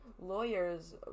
lawyers